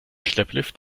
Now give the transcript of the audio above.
schlepplift